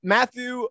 Matthew